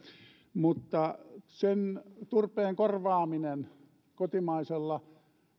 mutta turpeen korvaaminen kotimaisella